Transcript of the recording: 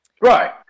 Right